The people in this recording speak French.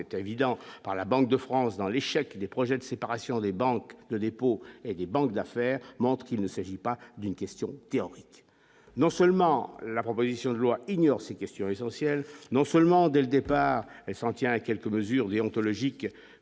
c'était évident par la Banque de France dans l'échec du projet de séparation des banques de dépôt et des banques d'affaires montre qu'il ne s'agit pas d'une question théorique non seulement la proposition de loi ignore ces questions essentielles non seulement dès le départ et s'en tient à quelques mesures déontologiques